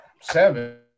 seven